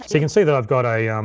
you can see that i've got a, um